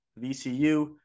VCU